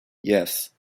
yes